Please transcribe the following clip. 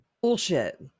Bullshit